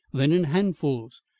then in handfuls.